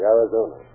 Arizona